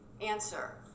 Answer